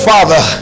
Father